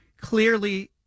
clearly